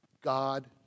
God